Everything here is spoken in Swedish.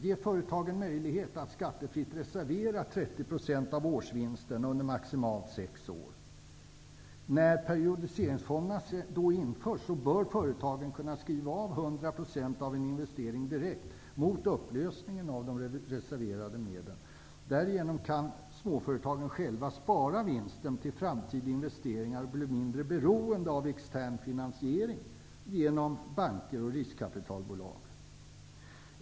Ge företagen möjlighet att skattefritt reservera 30 % av årsvinsten under maximalt sex år. När periodiseringsfonderna då införs bör företagen kunna skriva av 100 % av en investering direkt mot upplösning av de reserverade medlen. Därigenom kan småföretagen själva spara vinsten till framtida investeringar och bli mindre beroende av extern finansiering genom banker eller riskkapitalbolag.